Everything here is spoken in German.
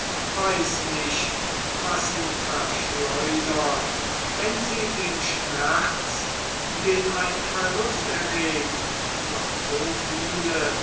weiß nicht was sie verschleudert wenn sie dem schmerz den ein verlust erregt noch so viele